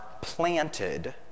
planted